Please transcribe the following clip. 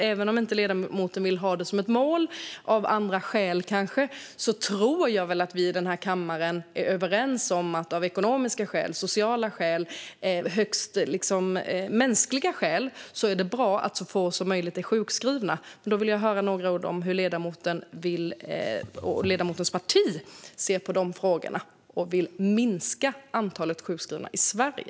Även om ledamoten inte vill ha detta som ett mål, kanske av andra skäl, tror jag väl att vi i den här kammaren ändå är överens om att det av ekonomiska, sociala och högst mänskliga skäl är bra att så få som möjligt är sjukskrivna. Då vill jag höra något om hur ledamotens parti ser på de frågorna och vill minska antalet sjukskrivna i Sverige.